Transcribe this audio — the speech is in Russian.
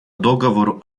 договору